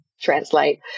translate